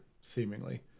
seemingly